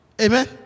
Amen